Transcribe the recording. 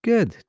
Good